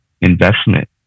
investment